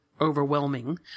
overwhelming